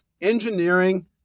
engineering